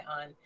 on